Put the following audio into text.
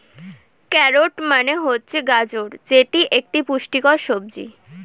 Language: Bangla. ক্যারোট মানে হচ্ছে গাজর যেটি একটি পুষ্টিকর সবজি